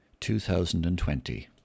2020